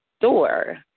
store